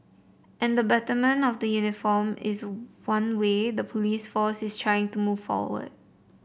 and the betterment of the uniform is one way the police force is trying to move forward